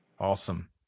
Awesome